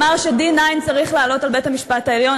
בשעה שחברך לסיעה מוטי יוגב אמר ש-D9 צריך לעלות על בית-המשפט העליון.